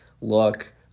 look